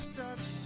touch